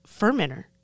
fermenter